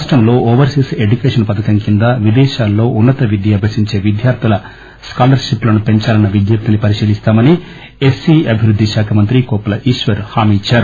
రాష్టంలో overseas education పథకం కింద విదేశాలలో ఉన్నత విద్య అభ్యసించే విద్యార్థుల స్కాలప్ షిప్ లను పెంచాలన్స విజ్సప్తిని పరిశీలిస్తామని ఎస్ సి అభివృద్ది శాఖ మంత్రి కోప్పుల ఈశ్వర్ హామీ ఇచ్చారు